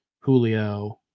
Julio